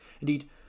Indeed